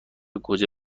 گوجه